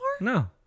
No